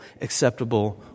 acceptable